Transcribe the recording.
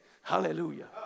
Hallelujah